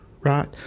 right